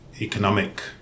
economic